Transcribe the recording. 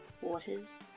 waters